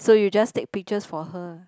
so you just take pictures for her